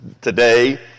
today